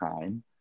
time